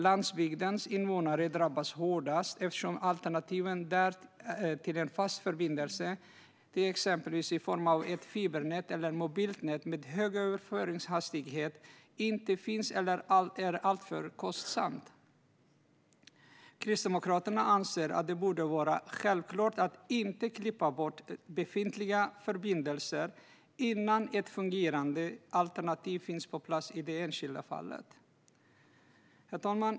Landsbygdens invånare drabbas hårdast eftersom alternativen där till en fast förbindelse, till exempel i form av ett fibernät eller mobilt nät med hög överföringshastighet, inte finns eller är alltför kostsamma. Kristdemokraterna anser att det borde vara självklart att inte klippa bort befintliga förbindelser innan ett fungerande alternativ finns på plats i det enskilda fallet. Herr talman!